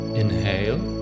inhale